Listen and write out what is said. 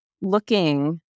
looking